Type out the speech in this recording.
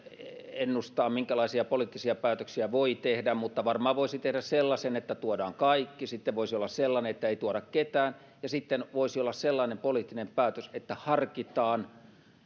ennustaa minkälaisia poliittisia päätöksiä voi tehdä mutta varmaan voisi tehdä sellaisen että tuodaan kaikki ja sitten voisi olla sellainen että ei tuoda ketään ja sitten voisi olla sellainen poliittinen päätös että harkitaan